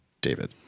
David